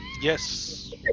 Yes